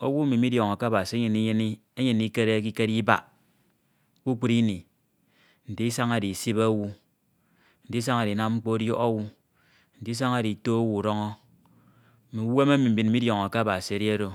iwu emi midiọnọke Abasi enyem ndikere ekikere Ibak kpukpru Ini nte Isañade isibe owu nte Isañade Inam mkpo ọdiọk owu. nte Isañade Ito owu udọñọ, mm’uwem emi mbin midiọñọke Abasi edi oro minyuñ myeneke eti uwem Ino mme mbọhọ Iduñ mmo, myeneke eti uwem Ino eyineka siak owu emi enyenede eti uwem ono Idem nsie ana ete enye enyene eti uwem ono eyin eka nsie siak Idiọk owu Imaha efin eyin emi enye ebinde, Idiọk owu Imaha Idiọk owu Imaha eyin eka nsie ete lkud nte mkpo anam de eyin eka nsie ana ete eka akasak lkud ufañ ndika nkesini yak mkpo enenehede anan eyin eka nsie oro esini mak mkpo okpokpon akan naña mkpo oro ekpetibede ofo enye, uwem emi nnyin unyenede mfin emi edi, yak nnyin Inyene eti uwem, eti uwem anam Abasi ọdiọñ fin siak withad owu Ikemeke ndinyene. menyeneke eti uwem mfin emi, se mme Ikepetibeke Ino fin Iyetibe Ino fin siak mi ke Isọñ ebi nnyin Idude mkpo ekeme nditibe ono fin otu k’idiọk uwem emi ofo ekenyene mm’owu enyem ndifọ funmi fin, mm’owu Imidaha ma ofo otu ke Idiok uwem oro ofo ekenyenede edi Idi eti uwem emi ofo enyenede, ete mkpo itibe Ino tin mfin emi, ofo okud mm’ owu ọyọhọ afọk mfo, mm’owu ada ma ofo k’ufin ma ke nnasia otu eti uwem emi ofo enyenede. Efi uwem afan owu ndinam tutu, eti uwem nko anam nnyin Ibo Abasi mfan k’ubọki se abañade eti uwem edi oro.